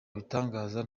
abitangaza